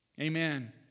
Amen